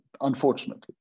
unfortunately